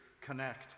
connect